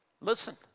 Listen